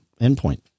endpoint